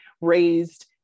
raised